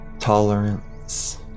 Tolerance